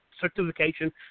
certification